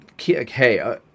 Hey